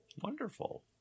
wonderful